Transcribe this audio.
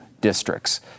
districts